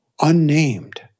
unnamed